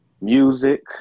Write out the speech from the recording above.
music